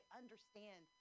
understand